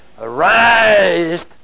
Arise